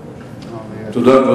תודה,